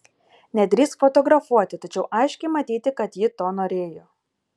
nedrįsk fotografuoti tačiau aiškiai matyti kad ji to norėjo